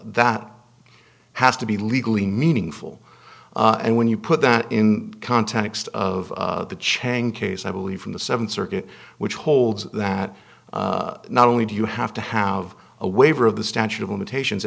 that has to be legally meaningful and when you put that in context of the chuang case i believe from the th circuit which holds that not only do you have to have a waiver of the statute of limitations